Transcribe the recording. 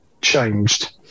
changed